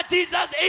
Jesus